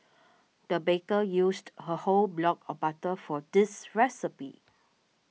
the baker used a whole block of butter for this recipe